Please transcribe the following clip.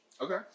Okay